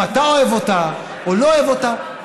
אם אתה אוהב אותה או לא אוהב אותה,